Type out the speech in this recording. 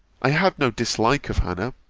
i had no dislike of hannah.